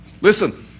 Listen